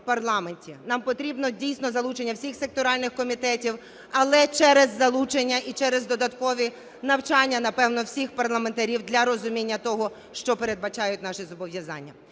Нам потрібне, дійсно, залучення всіх секторальних комітетів, але через залучення і через додаткові навчання, напевно, всіх парламентарів для розуміння того, що передбачають наші зобов'язання.